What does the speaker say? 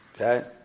Okay